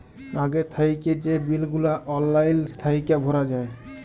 আগে থ্যাইকে যে বিল গুলা অললাইল থ্যাইকে ভরা যায়